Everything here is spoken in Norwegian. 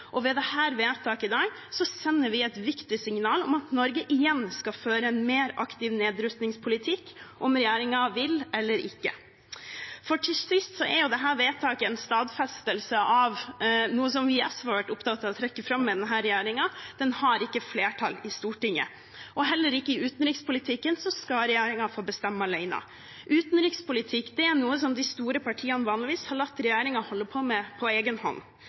og ved dette vedtaket i dag sender vi et viktig signal om at Norge igjen skal føre en mer aktiv nedrustningspolitikk, om regjeringen vil eller ikke. For til sist er dette vedtaket en stadfestelse av noe som vi i SV har vært opptatt av å trekke fram med denne regjeringen: Den har ikke flertall i Stortinget. Heller ikke i utenrikspolitikken skal regjeringen få bestemme alene. Utenrikspolitikk er noe som de store partiene vanligvis har latt regjeringen holde på med på egen hånd.